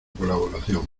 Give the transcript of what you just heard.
colaboración